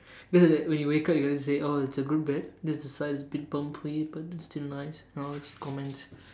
because like when you wake up you gonna say oh it's a good bed just the side is a bit bumpy but it's still nice and all those comments